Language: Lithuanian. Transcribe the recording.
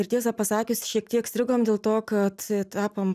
ir tiesą pasakius šiek tiek strigom dėl to kad tapom